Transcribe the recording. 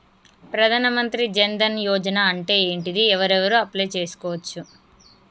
ప్రధాన మంత్రి జన్ ధన్ యోజన అంటే ఏంటిది? ఎవరెవరు అప్లయ్ చేస్కోవచ్చు?